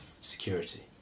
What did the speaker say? security